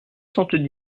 soixante